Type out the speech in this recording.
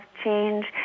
change